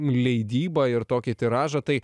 leidybą ir tokį tiražą tai